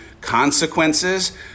consequences